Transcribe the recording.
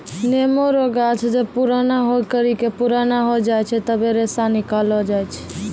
नेमो रो गाछ जब पुराणा होय करि के पुराना हो जाय छै तबै रेशा निकालो जाय छै